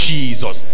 Jesus